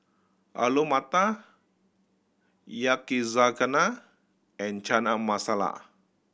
Alu Matar Yakizakana and Chana Masala